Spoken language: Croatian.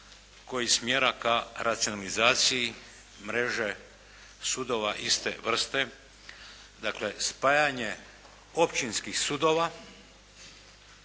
koji smjera ka racionalizaciji mreže sudova iste vrste. Dakle, spajanje općinskih sudova.